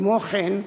כמו כן,